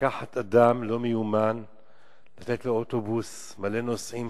לקחת אדם לא מיומן ולתת לו אוטובוס מלא נוסעים,